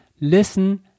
listen